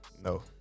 No